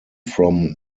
from